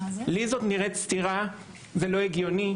לי זאת נראית סתירה, וזה לא הגיוני.